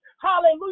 hallelujah